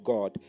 God